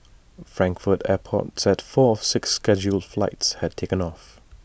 Frankfurt airport said four of six scheduled flights had taken off